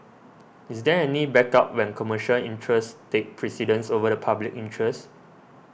is there any backup when commercial interests take precedence over the public interest